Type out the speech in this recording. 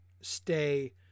stay